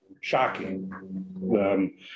Shocking